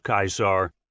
Caesar